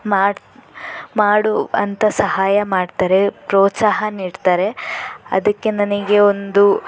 ಮಾಡ್ ಮಾಡು ಅಂತ ಸಹಾಯ ಮಾಡ್ತಾರೆ ಪ್ರೋತ್ಸಾಹ ನೀಡ್ತಾರೆ ಅದಕ್ಕೆ ನನಗೆ ಒಂದು